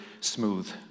smooth